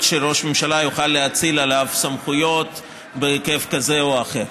שראש ממשלה יוכל להאציל לו סמכויות בהיקף כזה או אחר.